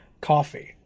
Coffee